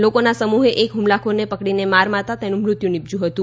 લોકોના સમૂહે એક હ્મલખોરને પકડીને માર મારતા તેનું મૃત્યુ નીપશ્યું હતું